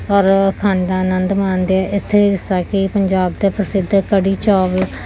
ਔਰ ਖਾਣ ਦਾ ਅਨੰਦ ਮਾਣਦੇ ਹੈ ਇੱਥੇ ਜਿਸ ਤਰ੍ਹਾਂ ਕਿ ਪੰਜਾਬ ਦੇ ਪ੍ਰਸਿੱਧ ਕੜੀ ਚਾਵਲ